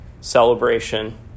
celebration